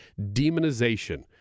demonization